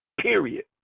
period